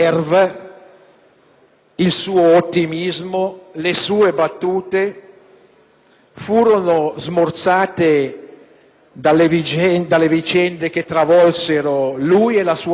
il suo ottimismo e le sue battute furono smorzati dalle vicende che travolsero lui e la sua famiglia,